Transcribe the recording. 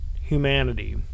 humanity